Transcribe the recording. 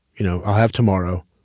you know, i'll have tomorrow.